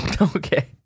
Okay